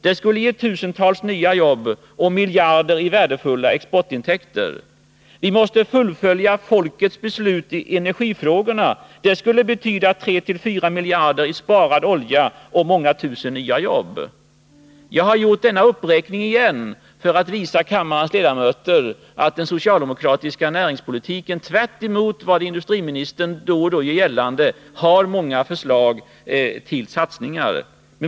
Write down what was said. Det skulle ge tusentals nya jobb och miljarder i värdefulla exportintäkter. Vi måste fullfölja folkets beslut i energifrågorna. Det skulle betyda 34 miljarder i sparad olja och många tusen nya jobb. Jag har gjort denna uppräkning igen för att visa kammarens ledamöter att den socialdemokratiska näringspolitiken, tvärtemot vad industriministern då och då gör gällande, har många förslag till satsningar.